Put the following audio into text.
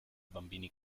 bambini